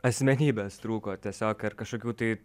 asmenybės trūko tiesiog ar kažkokių tai